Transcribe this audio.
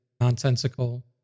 nonsensical